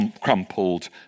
crumpled